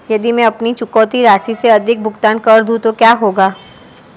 यदि मैं अपनी चुकौती राशि से अधिक भुगतान कर दूं तो क्या होगा?